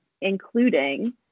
including